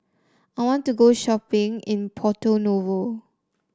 I want to go shopping in Porto Novo